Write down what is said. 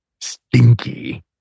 stinky